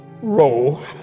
roll